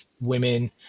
women